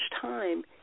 time